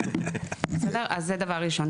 זה דבר ראשון.